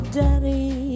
daddy